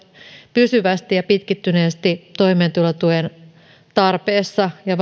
pysyvästi ja pitkittyneesti toimeentulotuen tarpeessa ja